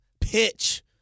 Pitch